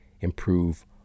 improve